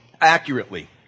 accurately